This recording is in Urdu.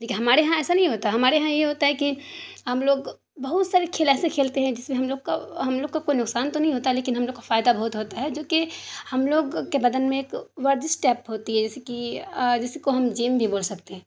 لیکن ہمارے یہاں ایسا نہیں ہوتا ہے ہمارے یہاں یہ ہوتا ہے کہ ہم لوگ بہت سارے کھیل ایسے کھیلتے ہیں جس میں ہم لوگ کا ہم لوگ کا کوئی نقصان تو نہیں ہوتا ہے لیکن ہم لوگ کا فائدہ بہت ہوتا ہے جو کہ ہم لوگ کے بدن میں ایک ورزش ٹائپ ہوتی ہے جیسے کہ جس کو ہم جم بھی بول سکتے ہیں